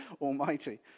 Almighty